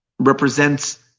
represents